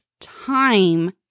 time